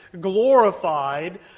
glorified